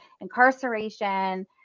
incarceration